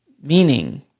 meaning